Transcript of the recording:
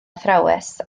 athrawes